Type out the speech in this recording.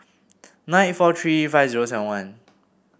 nine eight four three five zero seven one